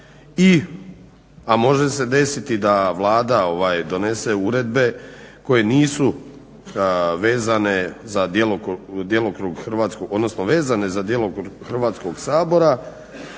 A može se desiti da Vlada donese uredbe koje nisu vezane za djelokrug Hrvatskog sabora,